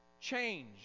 change